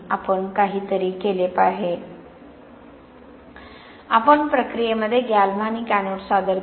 आपण काहीतरी केले आहे आपण प्रक्रियेमध्ये गॅल्व्हॅनिक एनोड्स सादर केले